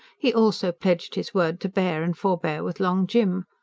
he also pledged his word to bear and forbear with long jim.